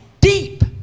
deep